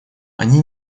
они